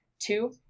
Two